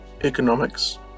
Economics